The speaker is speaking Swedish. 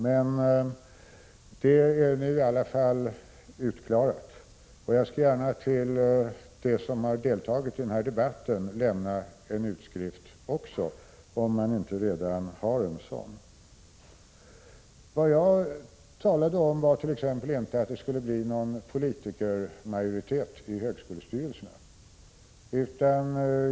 Men nu är i alla fall det hela utklarat. Jag skall gärna lämna en utskrift till dem som deltar i den här debatten, om det inte redan finns en utskrift. Jag talade t.ex. inte om att det skulle bli en politikermajoritet i högskolestyrelserna.